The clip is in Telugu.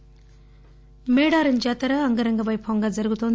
వరంగల్ః మేడారం జాతర అంగరంగ పైభవంగా జరుగుతోంది